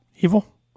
Evil